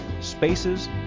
spaces